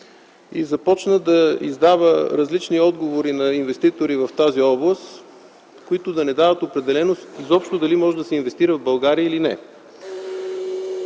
и да издава различни отговори на инвеститори в тази област, които да не дават определеност изобщо дали може да се инвестира в България, или не.